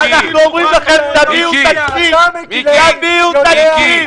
אנחנו אומרים לכם: תביאו תקציב.